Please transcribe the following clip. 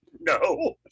no